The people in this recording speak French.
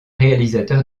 réalisateur